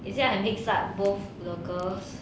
is it I mix up both your girls